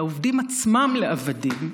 את העובדים עצמם לעבדים.